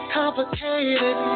complicated